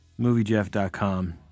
MovieJeff.com